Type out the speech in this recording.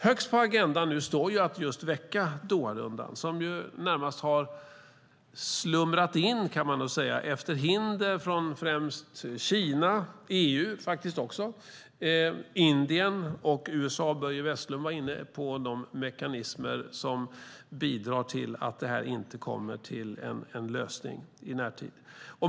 Högst på agendan står nu att väcka Doharundan som närmast har slumrat in efter hinder från främst Kina och också EU, Indien och USA. Börje Vestlund var inne på de mekanismer som bidrar till att det inte kommer till en lösning i närtid.